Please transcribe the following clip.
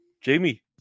Jamie